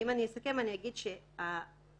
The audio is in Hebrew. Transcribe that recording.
אני צביה, יועצת משפטית של מחלקת נפגעים.